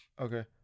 Okay